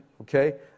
okay